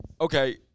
Okay